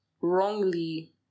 wrongly